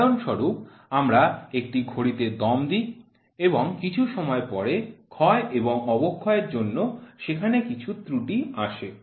উদাহরণস্বরূপ আমরা একটি ঘড়িতে দম দিই এবং কিছু সময় পরে ক্ষয় এবং অক্ষয়ের জন্য সেখানে কিছু ত্রুটি আসে